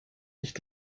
nicht